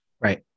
Right